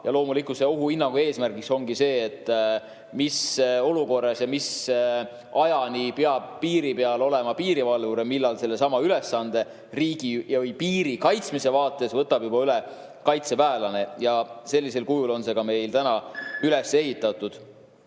Loomulikult, ohuhinnangu eesmärk ongi selgeks teha, mis olukorras ja mis ajani peab piiri peal olema piirivalvur ja millal sellesama ülesande riigi ja piiri kaitsmise vaates võtab üle juba kaitseväelane. Sellisel kujul on see meil üles ehitatud.